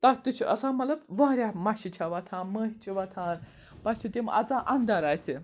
تَتھ تہِ چھُ آسان مطلب واریاہ مَچھِ چھےٚ وۄتھان مٔہۍ چھِ وۄَتھان پَتہٕ چھِ تِم اَژان اَنٛدَر اَسہِ